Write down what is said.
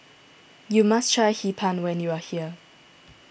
you must try Hee Pan when you are here